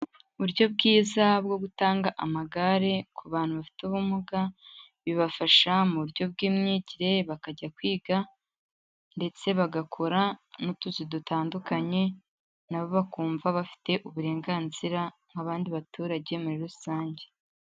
Uburyo bwiza bwo gutanga amagare ku bantu bafite ubumuga, bibafasha mu buryo bw'imyigire bakajya kwiga ndetse bagakora n'utuzi dutandukanye, nabo bakumva bafite uburenganzira nk'abandi baturage muri rusange.